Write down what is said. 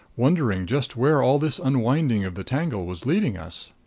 wondering just where all this unwinding of the tangle was leading us.